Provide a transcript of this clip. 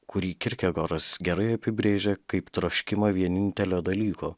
kurį kirkė goras gerai apibrėžė kaip troškimą vienintelio dalyko